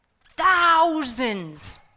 Thousands